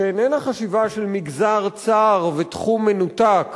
שאיננה חשיבה של מגזר צר ותחום מנותק